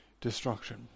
destruction